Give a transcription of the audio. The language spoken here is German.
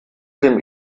dem